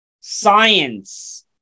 science